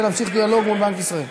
כדי להמשיך דיאלוג מול בנק ישראל.